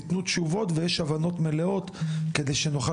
נתנו תשובות ויש הבנות מלאות כדי שנוכל